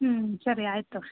ಹ್ಞೂ ಸರಿ ಆಯಿತು